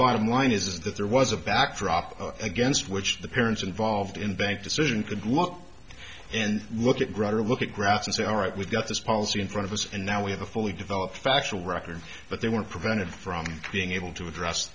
bottom line is that there was a backdrop against which the parents involved in bank decision could look and look at gregory look at graphs and say all right we've got this policy in front of us and now we have a fully developed factual record but they were prevented from being able to address